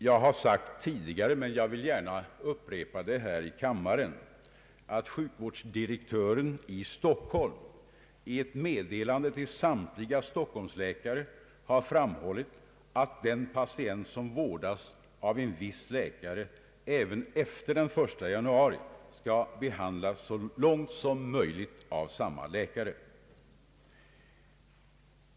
Jag har sagt tidigare men vill gärna upprepa det här i kammaren, att sjukvårdsdirektören i Stockholm i ett meddelande till samtliga Stockholmsläkare har framhållit att den patient som vårdas av en viss läkare, även efter den 1 januari så långt som möjligt skall behandlas av samma läkare.